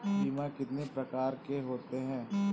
बीमा कितनी प्रकार के होते हैं?